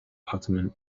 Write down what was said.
ottoman